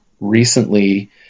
recently